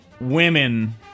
women